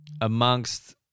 amongst